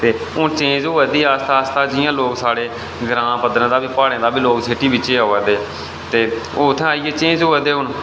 ते हून चेंज होऐ दी आस्तै आस्तै जि'यां लोक साढ़े ग्रां पद्दरा दा बी प्हाड़ें दा बी लोक सिटी बिच गै आवै दे ते ओह् उत्थै आइयै चेंज होऐ दे हून